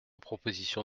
proposition